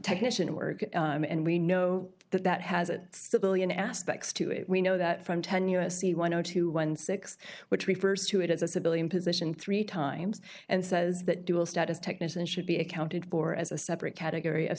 technician work and we know that that has a civilian aspects to it we know that from ten u s c one zero two one six which refers to it as a civilian position three times and says that dual status technician should be accounted for as a separate category of